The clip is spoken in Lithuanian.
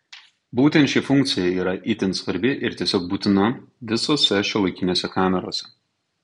būtent ši funkcija yra itin svarbi ir tiesiog būtina visose šiuolaikinėse kamerose